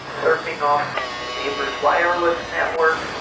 surfing off neighbours' wireless networks,